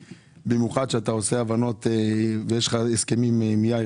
במיוחד שאתה עושה הבנות ויש לך הסכמים עם יאיר